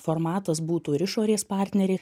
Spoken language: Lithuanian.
formatas būtų ir išorės partneriai